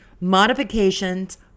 modifications